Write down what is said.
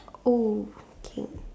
oh okay